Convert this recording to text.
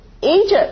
Egypt